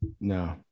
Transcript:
No